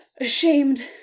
ashamed